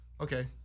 okay